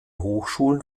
hochschulen